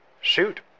Shoot